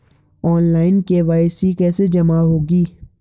Online KYC कैसे जमा होगी?